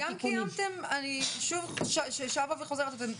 אני שוב שבה וחוזרת על זה.